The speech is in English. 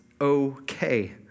okay